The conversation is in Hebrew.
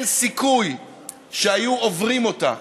אין סיכוי שהיו עוברים אותה.